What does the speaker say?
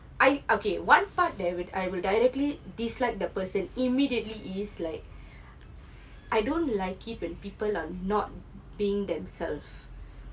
I okay one part that I will I will directly dislike the person immediately is like I don't like it when people are not being themself